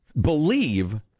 believe